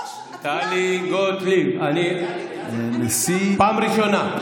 ראש התביעה מחליט --- טלי גוטליב, פעם ראשונה.